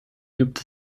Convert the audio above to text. gibt